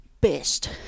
best